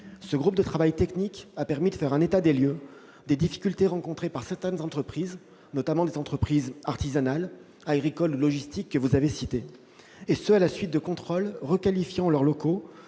ce groupe de travail technique a permis de faire un état des lieux des difficultés rencontrées par certaines entreprises, notamment les entreprises artisanales, agricoles ou logistiques que vous avez citées, et ce à la suite de contrôles requalifiant leurs locaux